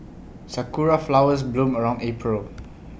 Sakura Flowers bloom around April